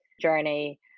journey